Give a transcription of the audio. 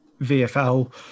VFL